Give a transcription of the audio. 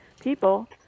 people